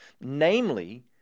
Namely